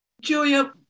Julia